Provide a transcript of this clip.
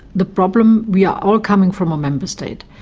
the problem, we are all coming from a member state,